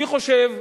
אני חושב,